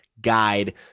guide